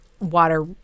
water